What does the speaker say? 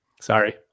Sorry